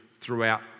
throughout